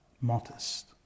modest